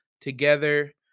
together